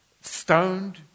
stoned